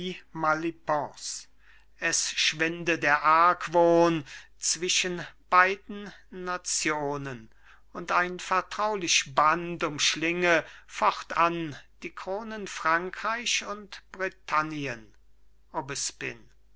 es schwinde der argwohn zwischen beiden nationen und ein vertraulich band umschlinge fortan die kronen frankreich und britannien aubespine erhabne